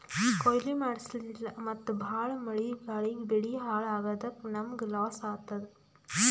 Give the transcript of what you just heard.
ಕೊಯ್ಲಿ ಮಾಡ್ಸಿಲ್ಲ ಮತ್ತ್ ಭಾಳ್ ಮಳಿ ಗಾಳಿಗ್ ಬೆಳಿ ಹಾಳ್ ಆಗಾದಕ್ಕ್ ನಮ್ಮ್ಗ್ ಲಾಸ್ ಆತದ್